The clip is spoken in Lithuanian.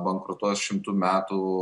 bankrutuos šimtu metų